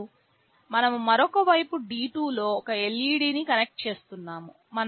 మరియు మనము మరొక వైపు D2 లో ఒక LED ని కనెక్ట్ చేస్తున్నాము